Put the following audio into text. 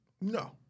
no